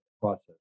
process